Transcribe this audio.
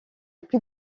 plus